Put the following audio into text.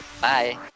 Bye